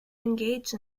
engage